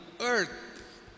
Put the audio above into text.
earth